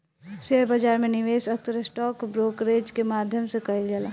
share बाजार में निवेश अक्सर स्टॉक ब्रोकरेज के माध्यम से कईल जाला